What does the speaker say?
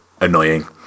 Annoying